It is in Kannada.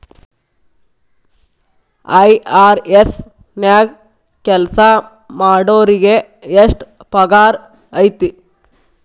ಐ.ಆರ್.ಎಸ್ ನ್ಯಾಗ್ ಕೆಲ್ಸಾಮಾಡೊರಿಗೆ ಎಷ್ಟ್ ಪಗಾರ್ ಐತಿ?